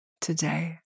today